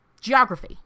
geography